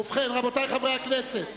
בל"ד,